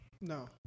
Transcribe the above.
No